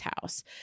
house